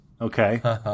Okay